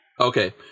Okay